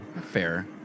fair